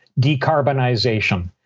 decarbonization